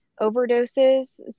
overdoses